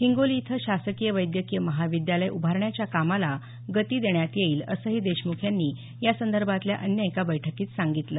हिंगोली इथं शासकीय वैद्यकीय महाविद्यालय उभारण्याच्या कामाला गती देण्यात येईल असंही देशमुख यांनी यासंदर्भातल्या अन्य एका बैठकीत सांगितलं